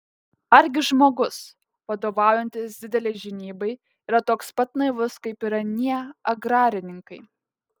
argi žmogus vadovaujantis didelei žinybai yra toks pat naivus kaip ir anie agrarininkai